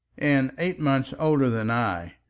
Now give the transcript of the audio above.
and eight months older than i.